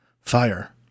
fire